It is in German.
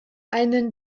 einen